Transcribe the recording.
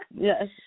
Yes